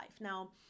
Now